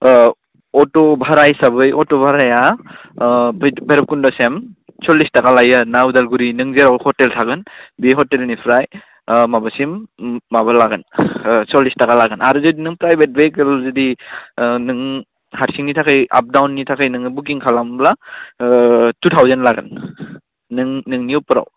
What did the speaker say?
auto भारा हिसाबै अट' भाराया भैरबकुन्द'सिम सल्लिस ताका लायो आरोना अदालगुरि नों जेराव हटेल थागोन बे हटेलनिफ्राय माबासिम माबा लागोन सल्लिस ताका लागोन आरो जुदि नों प्राइभेट भेहिकेल जुदि नों हारसिंनि थाखाय आप डाउननि थाखाय नोङो बुकिं खालामोब्ला टु थावजेन लागोन नों नोंनि उपराव